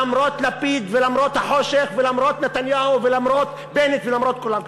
למרות לפיד ולמרות החושך ולמרות נתניהו ולמרות בנט ולמרות כולם.